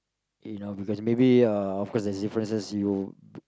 you know because maybe uh of course there's differences you